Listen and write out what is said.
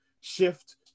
shift